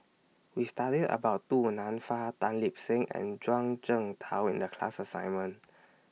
We studied about Du Nanfa Tan Lip Seng and Zhuang Shengtao in The class assignment